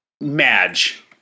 Madge